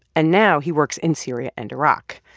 and now he works in syria and iraq.